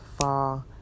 fall